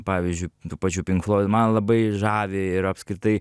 pavyzdžiu tų pačių pink floidų man labai žavi ir apskritai